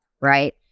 right